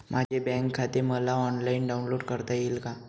माझे बँक खाते मला ऑनलाईन डाउनलोड करता येईल का?